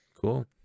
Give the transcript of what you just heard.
Cool